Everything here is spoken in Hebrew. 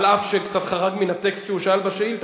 אף שקצת חרג מן הטקסט שהוא שאל בשאילתא,